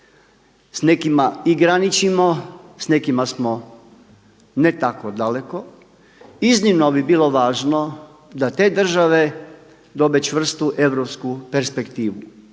s nekima i graničimo, s nekima smo ne tako daleko. Iznimno bi bilo važno da te države dobe čvrstu europsku perspektivu.